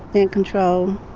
in control.